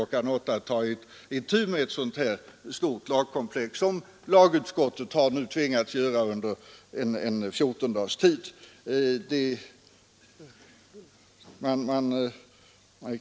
8 i utskottet och ta itu med ett sådant här stort lagkomplex, som lagutskottet nu har tvingats göra under 14 dagars tid.